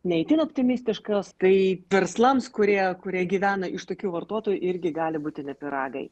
ne itin optimistiškos tai verslams kurie kurie gyvena iš tokių vartotojų irgi gali būti ne pyragai